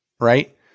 Right